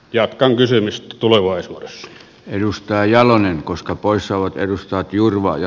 jatkan kysymistä tulevaisuudessa edustaa jalonen koska poissaolot edustaa jurva ja